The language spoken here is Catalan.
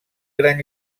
gran